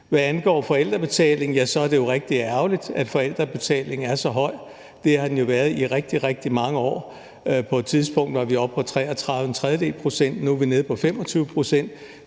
Hvad angår forældrebetaling, er det jo rigtig ærgerligt, at forældrebetalingen er så høj. Det har den jo været i rigtig, rigtig mange år. På et tidspunkt var vi oppe på 33 1/3 pct., nu er vi nede på 25